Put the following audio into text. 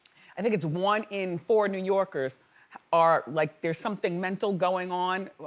i think, it's one in four new yorkers are like there's something mental going on.